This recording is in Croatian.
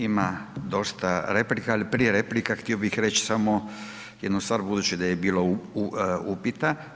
Ima dosta replika, ali prije replika htio bih reći samo jednu stvar budući da je bilo upita.